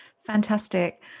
fantastic